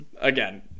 again